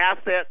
asset